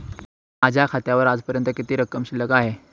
माझ्या खात्यावर आजपर्यंत किती रक्कम शिल्लक आहे?